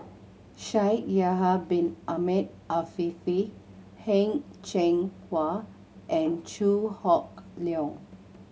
Shaikh Yahya Bin Ahmed Afifi Heng Cheng Hwa and Chew Hock Leong